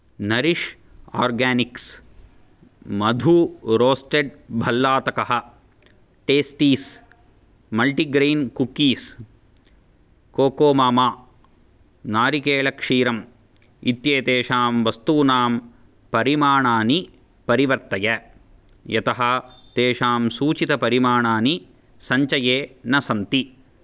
nourish Organics मधु roasted भल्लातकः tasties multigrain cookies Coco Mama नारिकेलक्षीरम् इत्येतेषां वस्तूनां परिमाणानि परिवर्तय यतः तेषां सूचितपरिमाणानि सञ्चये न सन्ति